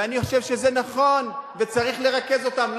ואני חושב שזה נכון וצריך לרכז אותם.